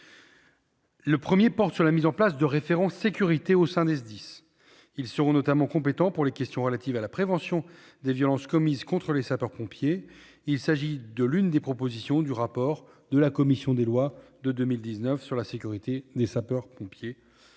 Le premier porte sur la mise en place de référents « sécurité » au sein des SDIS. Ils seront notamment compétents pour les questions relatives à la prévention des violences commises contre les sapeurs-pompiers. Il s'agit de l'une des propositions du rapport de la commission des lois de 2019 sur la sécurité des sapeurs-pompiers.